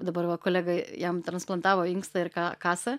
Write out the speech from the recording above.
dabar va kolega jam transplantavo inkstą ir ką kasą